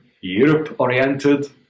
Europe-oriented